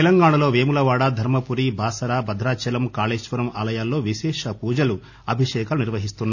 తెలంగాణా లో పేములవాడ ధర్మపురి బాసర భద్రాచలం కాళేశ్వరం ఆలయాల్లో విశేష పూజలు అభిషేకాలు నిర్వహిస్తున్నారు